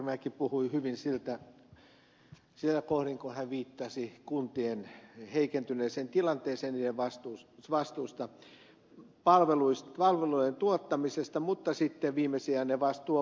karimäki puhui hyvin siinä kohdin kun hän viittasi kuntien heikentyneeseen tilanteeseen ja niiden vastuuseen palvelujen tuottamisessa mutta sitten viimesijainen vastuu on valtiovallan